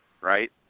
right